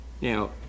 Now